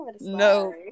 no